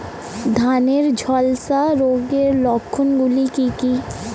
ধানের ঝলসা রোগের লক্ষণগুলি কি কি?